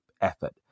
effort